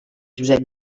josep